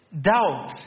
doubt